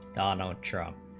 donald trump,